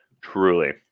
truly